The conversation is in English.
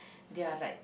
their like